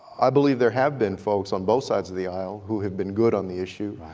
i believe there have been folks on both sides of the aisle who have been good on the issue.